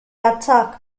attack